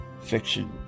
fiction